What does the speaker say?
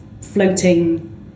floating